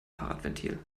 fahrradventil